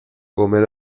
comer